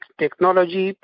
technology